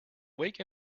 wake